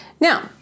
now